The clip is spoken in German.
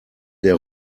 der